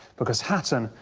because hatton,